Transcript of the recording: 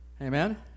Amen